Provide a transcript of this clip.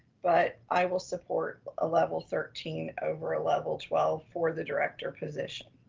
but i will support a level thirteen over a level twelve for the director position.